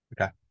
Okay